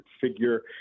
figure